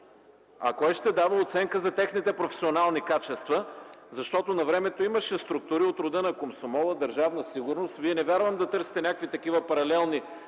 Кой ще дава оценка за техните професионални качества? Навремето имаше структури от рода на Комсомола, Държавна сигурност. Не вярвам да търсите някакви такива паралелни